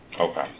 Okay